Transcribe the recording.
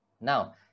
Now